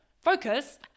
focus